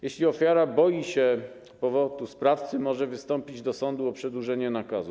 Jeśli ofiara boi się powrotu sprawcy, może wystąpić do sądu o przedłużenie nakazu.